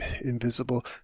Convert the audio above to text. Invisible